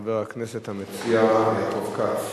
חבר הכנסת המציע יעקב כץ.